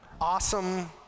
awesome